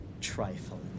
trifle